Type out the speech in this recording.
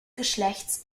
geschlechts